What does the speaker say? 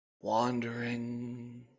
wandering